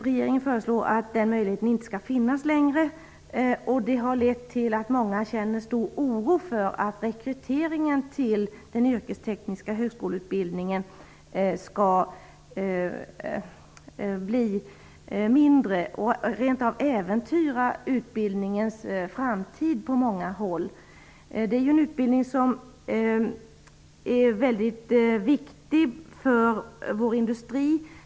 Regeringen föreslår att den möjligheten inte skall finnas längre, och det har lett till att många känner stor oro för att rekryteringen till den yrkestekniska högskoleutbildningen skall bli mindre, att utbildningens framtid rent av äventyras på många håll. Detta är ju en utbildning som är mycket viktig för vår industri.